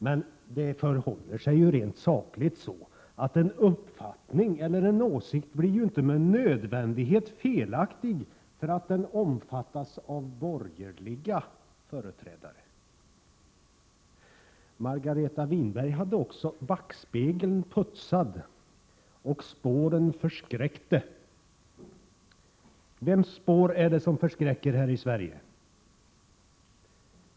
Men det förhåller sig ju rent sakligt så att en uppfattning eller en åsikt inte med nödvändighet blir felaktig därför att den omfattas av borgerliga företrädare. Margareta Winberg hade också backspegeln putsad, och spåren förskräckte. Vems spår är det som förskräcker här i Sverige?